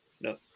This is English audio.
no